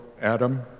Adam